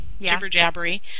jibber-jabbery